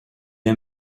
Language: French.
est